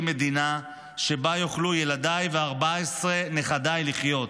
מדינה שבה יוכלו ילדי ו-14 נכדיי לחיות.